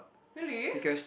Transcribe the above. really